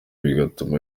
bigatuma